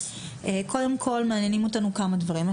קודם כל מעניינים אותנו כמה דברים,